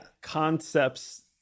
concepts